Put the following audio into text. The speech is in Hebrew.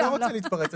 אני לא רוצה להתפרץ.